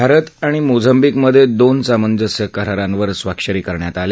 भारत आणि मोझम्बिकमधे दोन सामंजस्य करारांवर स्वाक्ष या करण्यात आल्या